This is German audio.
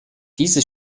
diese